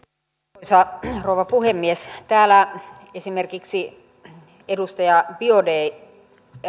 arvoisa rouva puhemies täällä esimerkiksi edustaja biaudet